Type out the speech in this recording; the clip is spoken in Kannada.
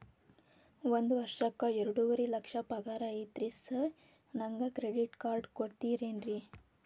ಒಂದ್ ವರ್ಷಕ್ಕ ಎರಡುವರಿ ಲಕ್ಷ ಪಗಾರ ಐತ್ರಿ ಸಾರ್ ನನ್ಗ ಕ್ರೆಡಿಟ್ ಕಾರ್ಡ್ ಕೊಡ್ತೇರೆನ್ರಿ?